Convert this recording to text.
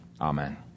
Amen